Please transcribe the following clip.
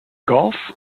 golf